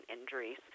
injuries